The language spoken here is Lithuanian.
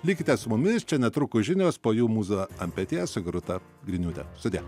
likite su mumis čia netrukus žinios po jų mūza ant peties su gerūta griniūte sudie